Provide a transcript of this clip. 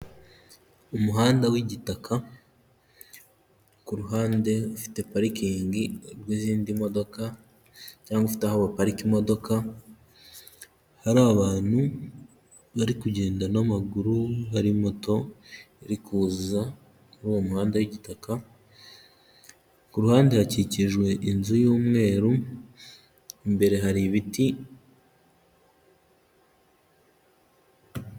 Umuhanda w'igitaka ku ruhande ufite parikingi rw'izindi modoka cyangwa ufite aho waparika imodoka, hari abantu bari kugenda n'amaguru, hari moto iri kuza muri uwo muhanda w'igitaka, ku ruhande hakikijwe inzu y'umweru, imbere hari ibiti...